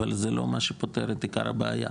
אבל זה לא מה שפותר את עיקר הבעיה.